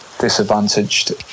disadvantaged